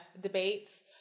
debates